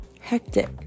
hectic